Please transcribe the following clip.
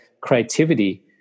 creativity